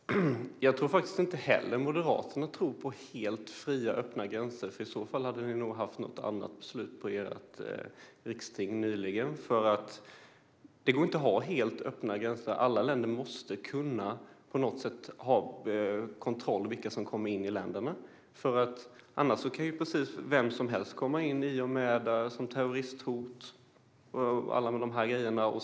Fru talman! Jag tror faktiskt inte att Moderaterna heller tror på helt fria och öppna gränser, för i så fall hade ni nog fattat ett annat beslut på ert riksting nyligen. Det går inte att ha helt öppna gränser. Alla länder måste på något sätt kunna ha kontroll över vilka som kommer in i länderna, annars kan precis vem som helst komma in och rikta terroristhot och annat.